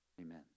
amen